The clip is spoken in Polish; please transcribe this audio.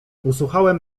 usłuchałem